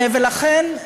ולכן,